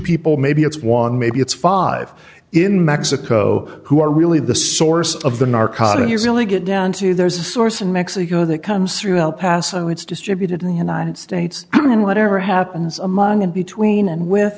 people maybe it's one maybe it's five in mexico who are really the source of the narcotics really get down to there's a source in mexico that comes through el paso it's distributed in the united states and whatever happens among and between and with